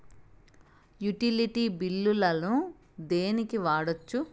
Utility బిల్లులను దేనికి వాడొచ్చు?